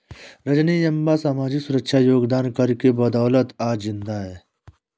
रजनी अम्मा सामाजिक सुरक्षा योगदान कर के बदौलत आज जिंदा है